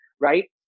right